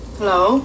Hello